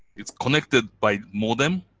it's connected by modem